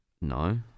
No